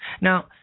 Now